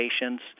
patients